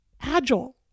agile